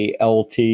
ALT